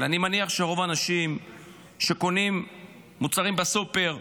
אבל אני מניח שרוב האנשים שקונים מוצרים בסופר,